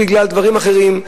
בגלל דברים אחרים,